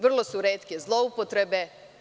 Vrlo su retke zloupotrebe.